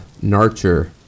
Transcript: Narcher